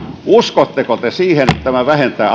uskotteko te siihen että tämä vähentää